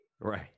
Right